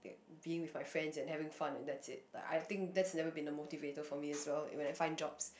being with my friends and having fun and that's it but I think that's never been a motivator for me as well when I find jobs